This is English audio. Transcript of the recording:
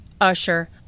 Usher